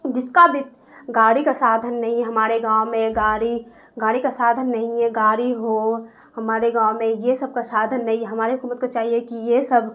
جس کا بھی گاڑی کا سادھن نہیں ہمارے گاؤں میں گاڑی گاڑی کا سادھن نہیں ہے گاڑی ہو ہمارے گاؤں میں یہ سب کا سادھن نہیں ہمارے حکومت کو چاہیے کہ یہ سب